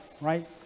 right